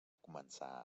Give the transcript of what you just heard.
començar